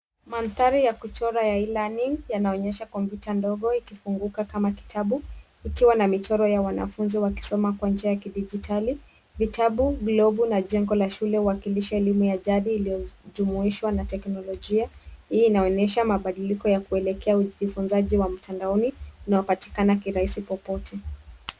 Mandhari ya kuchora ya e-learning yanaonyesha kompyuta ndogo ikifunguka kama kitabu ikiwa na michoro ya wanafunzi wakisoma kwa njia ya kidijitali, vitabu, globu na jengo la shule huwakilisha elimu ya jadi yanayojumuishwa na teknolojia, hii inaonyesha mabadiliko ya kuelekea ujifunzaji wa mtandaoni unaopatikana kirahisi popote.